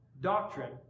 doctrine